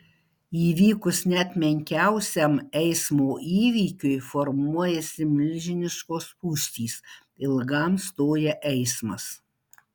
įvykus net menkiausiam eismo įvykiui formuojasi milžiniškos spūstys ilgam stoja eismas